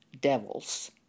devils